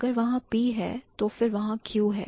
अगर वहां P है तो फिर वहां Q है